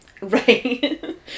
Right